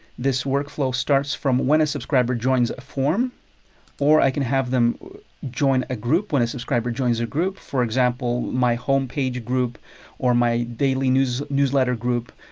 this workflow starts from when a subscriber joins a form or i can have them join a group when a subscriber joins a group. for example, my home page group or my daily newsletter group.